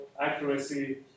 accuracy